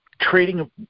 Trading